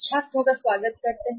छात्रों का स्वागत करते हैं